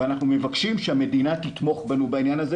ואנחנו מבקשים שהמדינה תתמוך בנו בעניין הזה